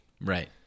right